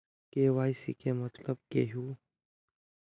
KYC के मतलब केहू?